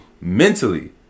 Mentally